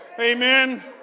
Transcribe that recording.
Amen